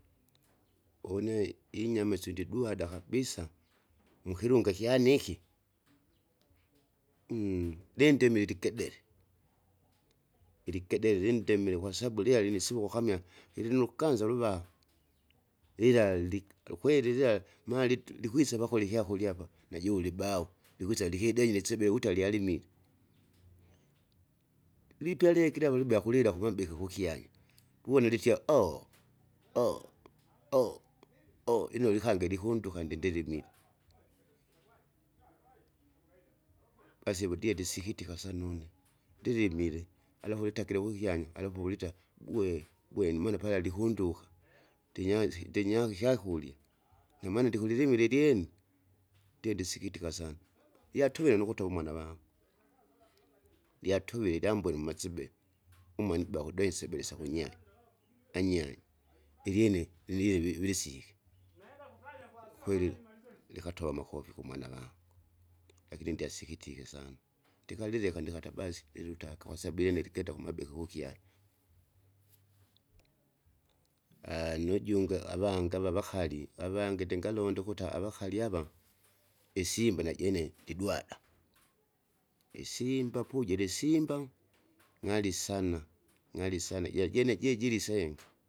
Une inyama isyu ndidwada kabisa, mukilunga kyane iki, lindimile ikedele, ilikedele lindemile kwasabu lila linisivoko kamya, ilinulukanza luva, lila lik- ukweli lila malit likwisa pakurya ikyakurya apa, najule ulibau, likwisa likidenyue isebele wita lyalimile. Lipya likila ulibea kulila kumabiki kukyanya, wiwoa litie inole kange likunduka ndindilimie. Basi vundie ndisikitika sana une, ndilimile, alakulitagire kukyanya alipo ulita gwe gwe numwene pala likunduka, ndinyanzi ndinya- ikyakurya, ndomana ndikulilimile ilyeni, ndie ndisikitika sana, lyatuvere nukutuva umwana wangu. Lyatovile ilyambwene umasibe, umwene uba ukude isebele syakunya, anyanyi, ilyene lilile vilisike, kwakweli ndikatova amakofi kumwana vangu. Lakini ndyasikitike sana, ndikalileka ndikata basi najutaka, kwasabu ilyene liketa kumabeki kukyanya. nujunge avangi ava vakalie avangi ndingalonda ukuta avakailo ava, isimba najene ndidwada, isimba pujiri simba! ng'ali sana, ng'ali sana jira jene jejiri isenga.